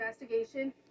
investigation